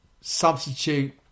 substitute